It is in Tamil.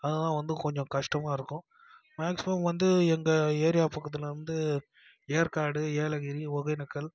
அதெலாம் வந்து கொஞ்சம் கஷ்டமாக இருக்கும் மேக்சிமம் வந்து எங்கள் ஏரியா பக்கத்தில் வந்து ஏற்காடு ஏலகிரி ஒகேனக்கல்